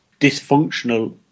dysfunctional